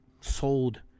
sold